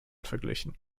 verglichen